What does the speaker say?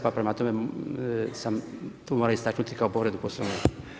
Pa prema tome, sam tu morao istaknuti kao povredu Poslovnika.